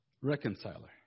Reconciler